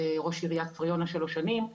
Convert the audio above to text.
ראש עירית כפר יונה שלוש שנים,